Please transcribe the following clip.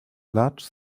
large